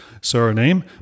surname